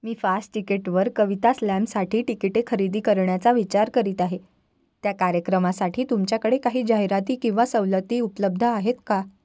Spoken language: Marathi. मी फास्टतिकिटवर कविता स्लॅमसाठी तिकीटे खरेदी करण्याचा विचार करीत आहे त्या कार्यक्रमासाठी तुमच्याकडे काही जाहिराती किंवा सवलती उपलब्ध आहेत का